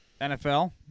NFL